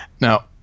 Now